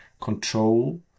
control